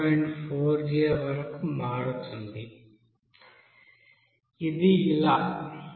40 వరకు మారుతోంది ఇది dxs0